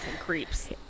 creeps